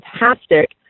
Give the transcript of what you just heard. fantastic